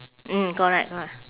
mm correct corre~